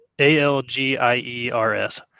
A-L-G-I-E-R-S